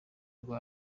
rwa